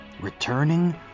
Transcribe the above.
returning